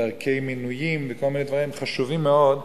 ודרכי מינויים וכל מיני דברים חשובים מאוד,